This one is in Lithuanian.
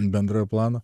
bendrojo plano